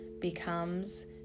becomes